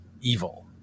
evil